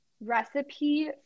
recipe